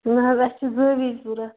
نَہ حظ اسہِ چھِ زٲیِج ضروٗرت